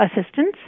assistance